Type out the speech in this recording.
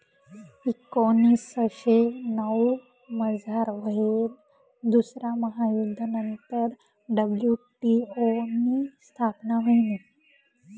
एकोनीसशे नऊमझार व्हयेल दुसरा महायुध्द नंतर डब्ल्यू.टी.ओ नी स्थापना व्हयनी